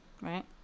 right